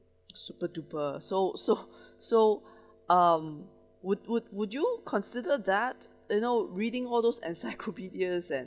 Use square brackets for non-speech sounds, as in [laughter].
super duper so so [breath] so [breath] um would would would you consider that you know reading all those encyclopedias and